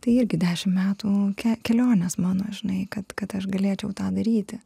tai irgi dešim metų ke kelionės mano žinai kad kad aš galėčiau tą daryti